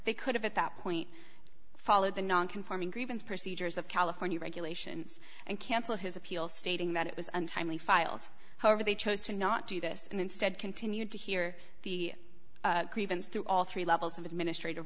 they could have at that point followed the non conforming grievance procedures of california regulations and cancel his appeal stating that it was untimely filed however they chose to not do this and instead continued to hear the grievance through all three levels of administrative